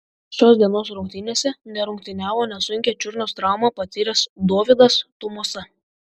šios dienos rungtynėse nerungtyniavo nesunkią čiurnos traumą patyręs dovydas tumosa